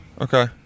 Okay